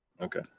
Okay